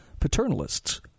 paternalists